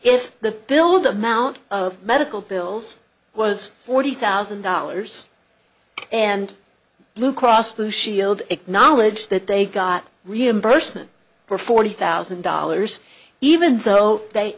if the build amount of medical bills was forty thousand dollars and blue cross blue shield acknowledge that they got reimbursement for forty thousand dollars even though they